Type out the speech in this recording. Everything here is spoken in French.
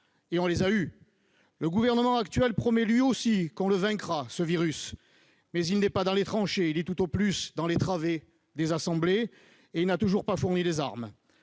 Et on les a eus ! Le gouvernement actuel promet lui aussi que l'on vaincra ce virus, mais il n'est pas dans les tranchées. Il est tout au plus dans les travées des assemblées et il n'a toujours pas fourni les armes.